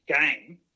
game